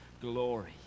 glory